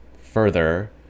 further